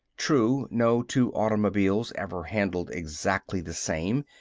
true, no two automobiles ever handled exactly the same,